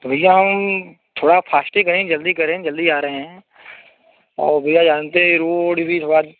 तो भैया हम थोड़ा फास्ट ही करेंगे जल्दी करेंगे जल्दी ही आ रहे हैं और भैया जानते ही हैं रोड भी थोड़ा